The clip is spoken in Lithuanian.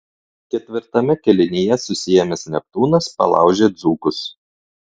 ketvirtame kėlinyje susiėmęs neptūnas palaužė dzūkus